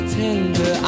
tender